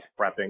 prepping